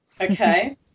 Okay